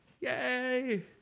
yay